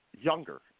Younger